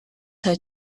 had